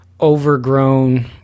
overgrown